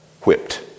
whipped